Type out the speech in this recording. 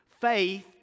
faith